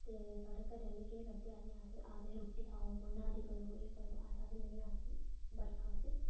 ते साढ़े घरै आह्ले केह् करदे आखदे रुट्टी खाओ न्हारी करो अस आखदे नेईं अस बर्खा् च